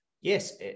Yes